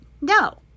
No